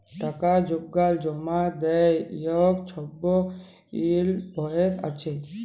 টাকা যেগলাল জমা দ্যায় উয়ার ছবই ইলভয়েস আছে